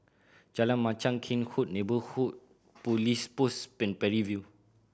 Jalan Machang Cairnhill Neighbourhood Police Post Parry View